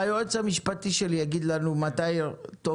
היועץ המשפטי שלי יגיד לנו מתי טוב